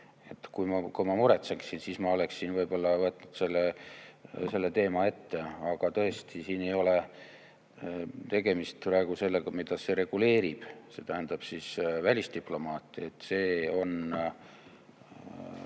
Kui ma muretseksin, siis ma oleksin võib-olla võtnud selle teema ette. Aga tõesti, siin ei ole tegemist praegu sellega, mida see reguleerib, see tähendab välisdiplomaate. Need on